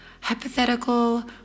hypothetical